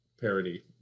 parody